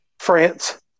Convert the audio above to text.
France